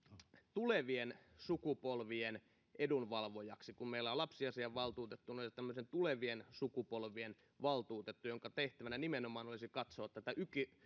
tulevien sukupolvien edunvalvojaksi kun meillä on lapsiasiavaltuutettukin tämmöinen tulevien sukupolvien valtuutettu jonka tehtävänä nimenomaan olisi katsoa tätä